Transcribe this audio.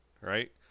right